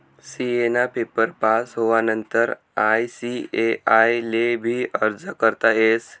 CA ना paper pass होवानंतर ICAI ले भी अर्ज करता येस